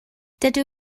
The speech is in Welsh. dydw